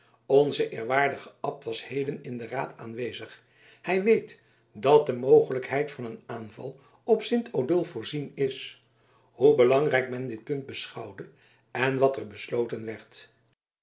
onze eerwaardige abt was heden in den raad aanwezig hij weet dat de mogelijkheid van een aanval op sint odulf voorzien is hoe belangrijk men dit punt beschouwde en wat er besloten werd